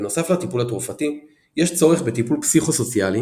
בנוסף לטיפול התרופתי יש צורך בטיפול פסיכוסוציאלי